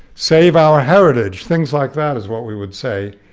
save our heritage. things like that is what we would say.